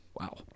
wow